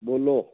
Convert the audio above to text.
ਬੋਲੋ